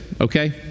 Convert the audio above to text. okay